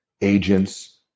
agents